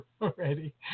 already